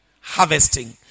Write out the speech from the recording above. harvesting